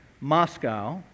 Moscow